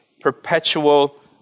perpetual